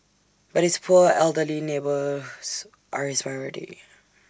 but his poor elderly neighbours are his priority